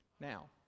Now